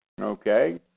Okay